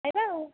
ଖାଇବା ଆଉ